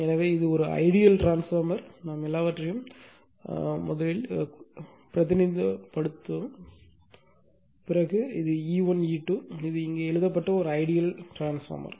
எனவே இது ஒரு ஐடியல் டிரான்ஸ்பார்மர் நாம் எல்லாவற்றையும் பிரதிநிதித்துவப்படுத்திய விதம் இந்த E1 E2 இது இங்கே எழுதப்பட்ட ஒரு ஐடியல் டிரான்ஸ்பார்மர்